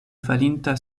falinta